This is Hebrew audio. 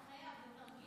אין, אתה חייב, זה תרגיל,